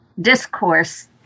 discourse